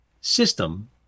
system